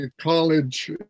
college